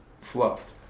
fluffed